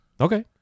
okay